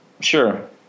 Sure